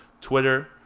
Twitter